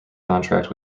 contract